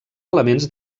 elements